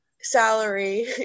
salary